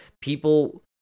People